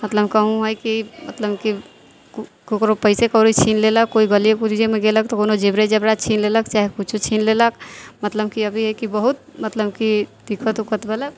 मतलब कहुँ हइ कि मतलब कि केकरो पैसे कौड़ी छीन लेलक कोइ गली गुरजेमे गेलक तऽ कोइ जेवरे जेवरात छीन लेलक चाहे कुछो छीन लेलक मतलब कि अभी हइ कि बहुत मतलब कि दिक्कत उक्कत भेल